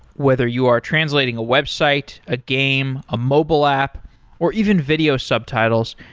whether you are translating a website, a game, a mobile app or even video subtitles,